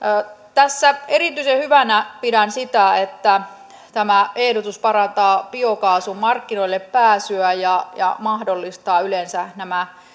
tässä erityisen hyvänä pidän sitä että tämä ehdotus parantaa biokaasun markkinoillepääsyä ja ja mahdollistaa yleensä nämä